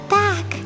back